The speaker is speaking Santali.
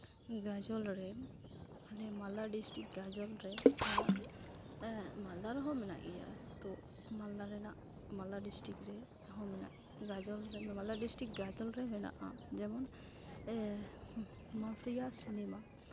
ᱜᱟᱡᱚᱞ ᱨᱮ ᱟᱞᱮ ᱢᱟᱞᱫᱟ ᱰᱤᱥᱴᱤᱠ ᱜᱟᱡᱚᱞ ᱨᱮ ᱟᱨ ᱢᱟᱞᱫᱟ ᱨᱮᱦᱚᱸ ᱢᱮᱱᱟᱜ ᱜᱮᱭᱟ ᱛᱳ ᱢᱟᱞᱫᱟ ᱨᱮᱱᱟᱜ ᱢᱟᱞᱫᱟ ᱰᱤᱥᱴᱤᱠ ᱨᱮᱦᱚᱸ ᱢᱮᱱᱟᱜᱼᱟ ᱜᱟᱡᱚᱞ ᱢᱟᱞᱫᱟ ᱰᱤᱥᱴᱤᱠ ᱜᱟᱡᱚᱞ ᱨᱮ ᱢᱮᱱᱟᱜᱼᱟ ᱡᱮᱢᱚᱱ ᱢᱟᱯᱷᱤᱭᱟ ᱥᱤᱱᱮᱢᱟ